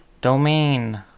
domain